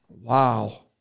Wow